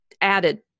added